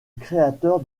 créateur